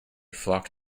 flock